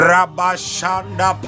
Rabashanda